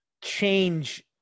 change